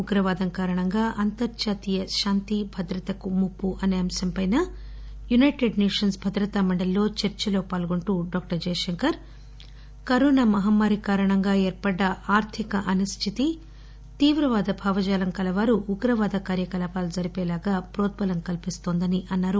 ఉగ్రవాదం కారణంగా అంతర్జాతీయ శాంతి భద్రతకు ముప్పు అసే అంశంపైనా యునైటెడ్ సేషన్స్ భద్రతామండలిలో చర్చలో పాల్గొంటూ డాక్టర్ జయశంకర్ కరోనా మహమ్మారి కారణంగా ఏర్పడ్డ ఆర్థిక అనిశ్చితి తీవ్రవాద భావజాలం కలవారు ఉగ్రవాద కార్యకలాపాలు జరిపేలాగా హ్రోద్బలం కల్పిన్తోందని అన్నారు